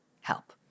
help